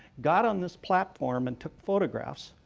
got on this platform and took photographs,